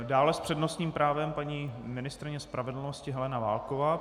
Dále s přednostním právem paní ministryně spravedlnosti Helena Válková.